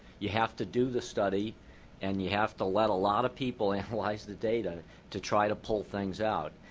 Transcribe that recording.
you have to do the study and you have to let a lot of people analyze the data to try to pull things out.